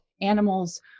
animals